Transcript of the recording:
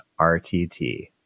RTT